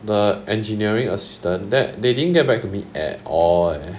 the engineering assistant that they didn't get back to me at all